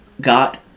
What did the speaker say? got